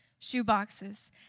shoeboxes